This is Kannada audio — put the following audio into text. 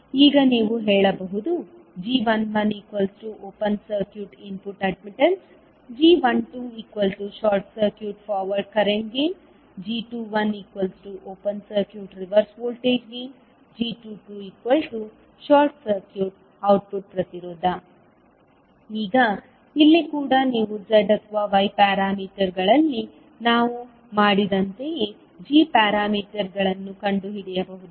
ಈಗ ನೀವು ಹೇಳಬಹುದು g11 open circuit input admittance g12 short circuit forward current gain g21 open circuit reverse voltage gain g22 short circuit output ಪ್ರತಿರೋಧ ಈಗ ಇಲ್ಲಿ ಕೂಡ ನೀವು z ಅಥವಾ y ಪ್ಯಾರಾಮೀಟರ್ಗಳಲ್ಲಿ ನಾವು ಮಾಡಿದಂತೆಯೇ g ಪ್ಯಾರಾಮೀಟರ್ಗಳನ್ನು ಕಂಡುಹಿಡಿಯಬಹುದು